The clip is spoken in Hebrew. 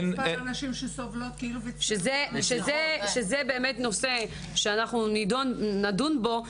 מדובר על נשים שסובלות כאילו --- זה באמת נושא שנדון בו.